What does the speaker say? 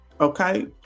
Okay